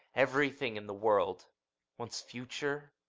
everything in the world one's future,